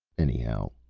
anyhow,